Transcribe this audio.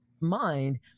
mind